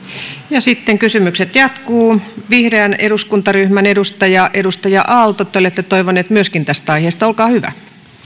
ja sitten kysymykset jatkuvat vihreän eduskuntaryhmän edustaja edustaja aalto te olette toivonut myöskin tästä aiheesta olkaa hyvä